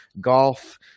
golf